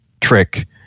trick